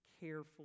careful